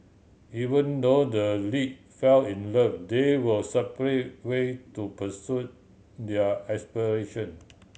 even though the lead fell in love they were separate way to pursue their aspiration